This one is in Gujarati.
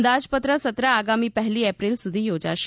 અંદાજપત્ર સત્ર આગામી પહેલી એપ્રિલ સુધી યોજાશે